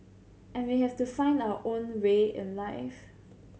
and we have to find our own way in life